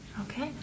Okay